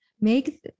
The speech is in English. Make